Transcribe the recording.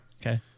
Okay